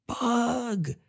bug